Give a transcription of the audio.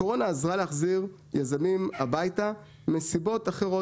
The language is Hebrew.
הקורונה עזרה להחזיר יזמים הביתה מסיבות אחרות.